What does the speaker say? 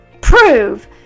prove